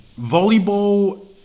Volleyball